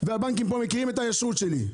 והבנקים פה מכירים את היושרה שלי.